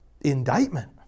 indictment